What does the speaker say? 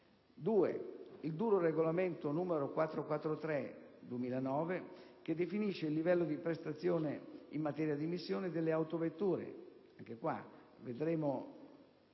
il duro regolamento n. 443/2009 che definisce il livello di prestazione in materia di emissione delle autovetture (vedremo